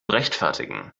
rechtfertigen